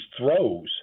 throws